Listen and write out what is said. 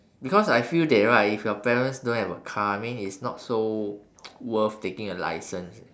because I feel that right if your parents don't have a car I mean it's not so worth taking a license